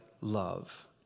love